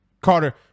Carter